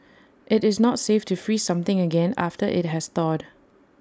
IT is not safe to freeze something again after IT has thawed